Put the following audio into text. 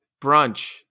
Brunch